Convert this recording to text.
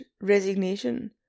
resignation